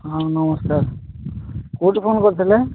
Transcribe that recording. ହଁ ନମସ୍କାର କେଉଁଠୁ ଫୋନ୍ କରିଥିଲେ